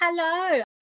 Hello